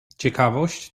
ciekawość